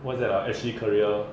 what's that ah S_G career